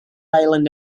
island